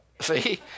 See